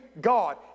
God